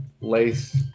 lace